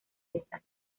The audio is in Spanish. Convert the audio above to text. estas